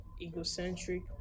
egocentric